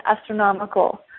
astronomical